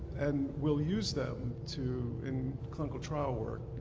and will use them to in clinical trial work